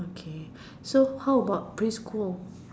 okay so how about quit school